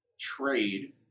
trade